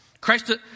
Christ